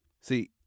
See